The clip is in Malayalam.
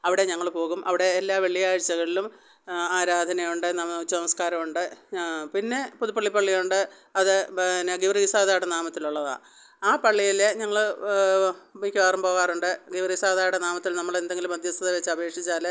അവിടെ ഞങ്ങള് പോകും അവിടെ എല്ലാ വെള്ളിയാഴ്ചകളിലും ആരാധനയുണ്ട് ഉച്ചനമസ്ക്കാരമുണ്ട് പിന്നെ പുതുപ്പള്ളി പള്ളി ഉണ്ട് അത് പിന്നെ ഗീവർഗീസ് സാദയുടെ നാമത്തിലുള്ളതാണ് ആ പള്ളിയില് ഞങ്ങള് മിക്കവാറും പോകാറുണ്ട് ഗീവർഗീസ് സാദയുടെ നാമത്തിൽ നമ്മളെന്തെങ്കിലും മധ്യസ്ഥത വച്ചപേക്ഷിച്ചാല്